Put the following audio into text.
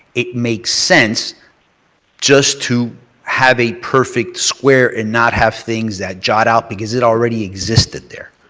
it makes sense just to have a perfect square and not have things that jot out because it already existed there.